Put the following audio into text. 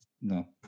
no